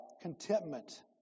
contentment